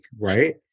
Right